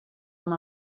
amb